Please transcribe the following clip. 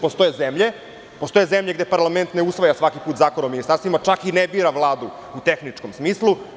Postoje zemlje gde parlament ne usvaja svaki put zakon o ministarstvima, čak i ne bira Vladu u tehničkom smislu.